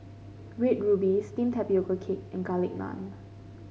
Red Ruby steamed Tapioca Cake and Garlic Naan